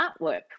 artwork